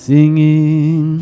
Singing